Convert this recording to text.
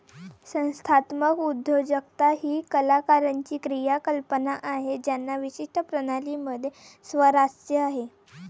संस्थात्मक उद्योजकता ही कलाकारांची क्रियाकलाप आहे ज्यांना विशिष्ट प्रणाली मध्ये स्वारस्य आहे